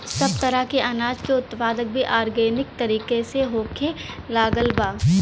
सब तरह के अनाज के उत्पादन भी आर्गेनिक तरीका से होखे लागल बा